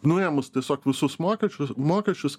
nuėmus tiesiog visus mokesčius mokesčius